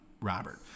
Robert